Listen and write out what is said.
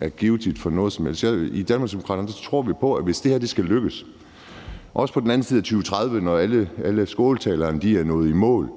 jeg ikke gavner noget som helst. I Danmarksdemokraterne tror vi på, at hvis det her skal lykkes, også på den anden side af 2030, når alle skåltalerne er holdt,